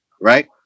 Right